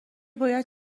باید